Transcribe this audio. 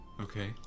Okay